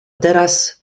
teraz